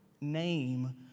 name